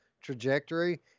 trajectory